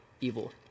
evil